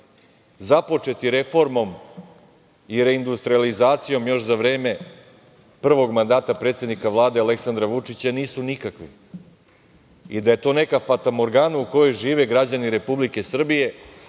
započeti reformom i reindustrijalizacijom još za vreme prvog mandata predsednika Vlade Aleksandra Vučića nisu nikakvi i da je to neka fatamorgana u kojoj žive građani Republike Srbije,